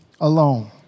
alone